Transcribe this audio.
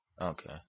Okay